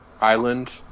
Island